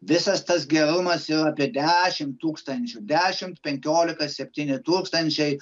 visas tas gerumas jau apie dešimt tūkstančių dešimt penkiolika septyni tūkstančiai